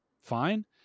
fine